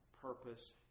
purpose